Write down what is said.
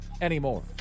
anymore